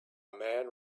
man